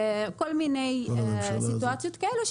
כל מיני סיטואציות כאלה,